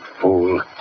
fool